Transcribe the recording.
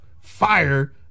fire